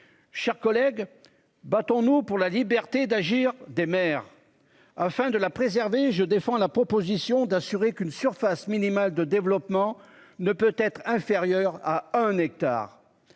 chers collègues. Battons-nous pour la liberté d'agir des maires afin de la préserver. Je défends la proposition d'assurer qu'une surface minimale de développement ne peut être inférieure à un hectare